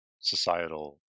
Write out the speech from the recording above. societal